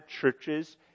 churches